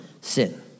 Sin